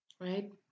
Right